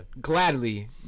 gladly